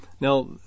Now